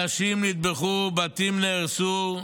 אנשים נטבחו, בתים נהרסו,